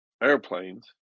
airplanes